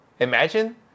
Imagine